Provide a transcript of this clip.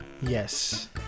Yes